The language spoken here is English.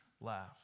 laugh